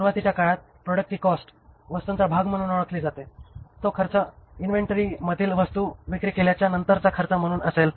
सुरुवातीच्या काळात प्रॉडक्टची कॉस्ट वस्तूंचा भाग म्हणून ओळखली जाते आणि तो खर्च इन्व्हेंटोरी मधील वस्तू विक्री केल्या नंतरचा खर्च म्हणून असेल